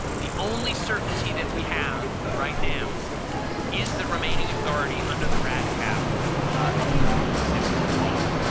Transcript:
the only certainty that we have right now is the remaining authority under the rad cap that currently exists in law.